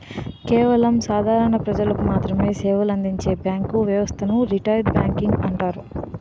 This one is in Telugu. కేవలం సాధారణ ప్రజలకు మాత్రమె సేవలందించే బ్యాంకు వ్యవస్థను రిటైల్ బ్యాంకింగ్ అంటారు